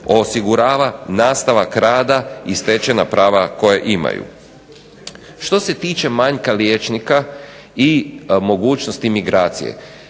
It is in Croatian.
osigurava nastavak rada i stečena prava koja imaju. Što se tiče manjka liječnika i mogućnost imigracije.